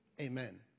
Amen